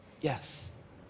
yes